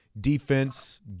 defense